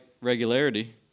regularity